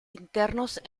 internos